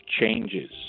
changes